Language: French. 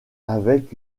avec